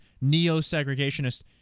neo-segregationist